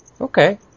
Okay